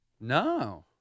No